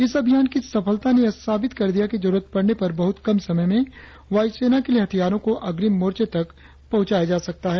इस अभ्यास की सफलता ने यह साबित कर दिया कि जरुरत पड़ने पर बहुत कम समय में वायुसेना के लिए हथियारों को अग्रिम मोर्चे तक पहुंचा सकता है